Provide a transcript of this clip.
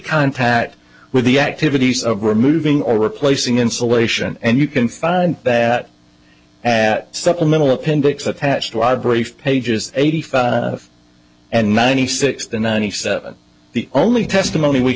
contact with the activities of removing or replacing insulation and you can find that that supplemental appendix attached to i briefed pages eighty five and ninety six the ninety seven the only testimony we